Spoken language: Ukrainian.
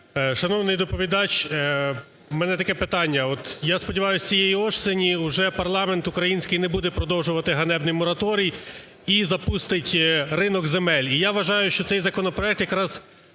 Шановний доповідач, у мене таке питання. От я сподіваюсь, цієї осені вже парламент український не буде продовжувати ганебний мораторій і запустить ринок земель. І я вважаю, що цей законопроект якраз